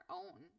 own